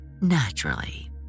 Naturally